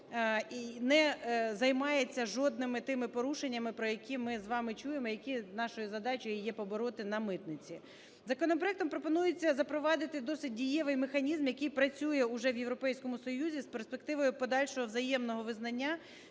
і не займається жодними тими порушеннями, про які ми з вами чуємо, які нашою задачею є побороти на митниці. Законопроектом пропонується запровадити досить дієвий механізм, який працює уже в Європейському Союзі, з перспективою подальшого взаємного визнання,